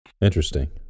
Interesting